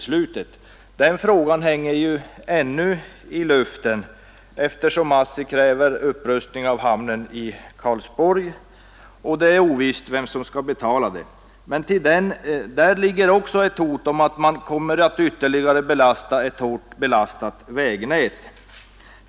Men den frågan hänger ännu i luften, eftersom ASSI kräver upprustning av hamnen i Karlsborg och det är ovisst vem som skall betala. Där finns också ett hot om att man kommer att ytterligare belasta ett redan hårt belastat vägnät.